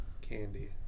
Candy